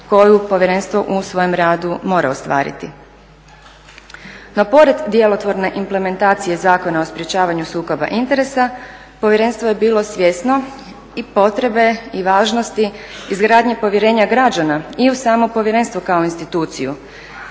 koju povjerenstvo u svojem radu mora ostvariti. No pored djelotvorne implementacije Zakona o sprečavanju sukoba interesa povjerenstvo je bilo svjesno i potrebe i važnosti izgradnje povjerenja građana i u samo povjerenstvo kao instituciju.